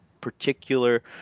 particular